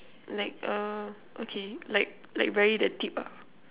like uh okay like like very the tip ah